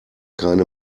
keine